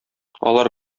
алар